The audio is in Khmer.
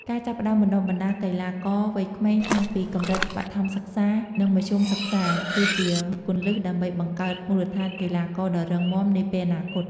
ការចាប់ផ្តើមបណ្តុះបណ្តាលកីឡាករវ័យក្មេងតាំងពីកម្រិតបឋមសិក្សា និងមធ្យមសិក្សា គឺជាគន្លឹះដើម្បីបង្កើតមូលដ្ឋានកីឡាករដ៏រឹងមាំនាពេលអនាគត។